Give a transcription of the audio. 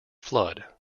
flood